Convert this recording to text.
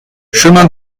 chemin